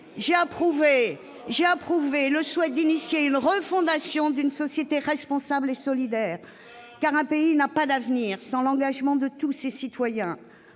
j'ai approuvé le souhait de mettre en oeuvre la refondation d'une société responsable et solidaire, car un pays n'a pas d'avenir sans l'engagement de tous ses citoyens.